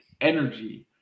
energy